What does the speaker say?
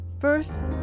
First